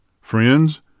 Friends